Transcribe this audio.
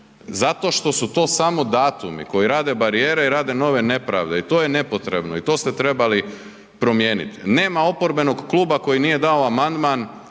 Zato što su to samo datumi koji rade barijere i rade nove nepravde i to je nepotrebno i to ste trebali promijeniti. Nema oporbenog kluba koji nije dao amandman